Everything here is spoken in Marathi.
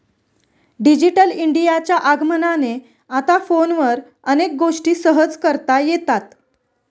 डिजिटल इंडियाच्या आगमनाने आता फोनवर अनेक गोष्टी सहज करता येतात